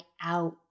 out